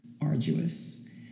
arduous